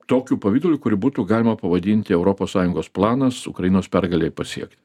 tokiu pavidalu kurį būtų galima pavadinti europos sąjungos planas ukrainos pergalei pasiekti